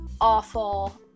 awful